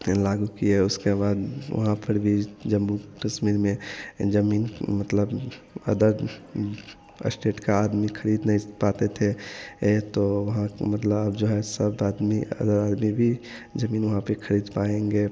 डेढ़ लाख रुपया उसके बाद वहाँ पर भी जम्मू कश्मीर में जमीन मतलब अदर स्टेट का आदमी खरीद नहीं पाते थे एक तो वहाँ पर मतलब आप जो है आदमी जमीन वहाँ पर खरीद पाएँगे